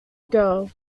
girl